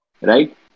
right